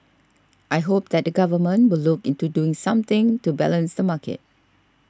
I hope that the Government will look into doing something to balance the market